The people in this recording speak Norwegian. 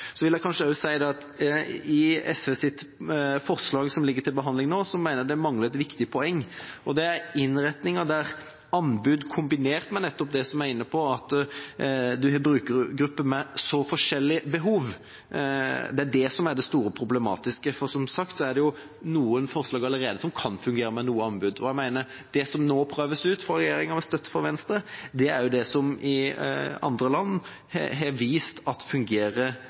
så tar vi opp kampen ved behandlinga av stortingsmeldinga for å sikre et best mulig attføringsløp for mennesker som er falt ut av arbeidslivet. Jeg vil også si at SVs representantforslag som er til behandling nå, mangler et viktig poeng, og det gjelder innretninga, der en har anbud kombinert med nettopp det som vi er inne på, at en har en brukergruppe med forskjellige behov, og det er det som er det store problemet. Som sagt er det noen tiltak allerede som kan fungere med noe anbud, og det som nå prøves ut av regjeringa, med støtte fra Venstre, har i andre land vist